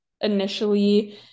initially